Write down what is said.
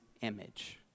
image